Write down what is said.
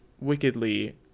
wickedly